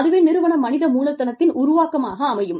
அதுவே நிறுவன மனித மூலதனத்தின் உருவாக்கமாக அமையும்